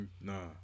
Nah